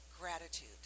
gratitude